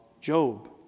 Job